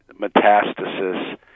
metastasis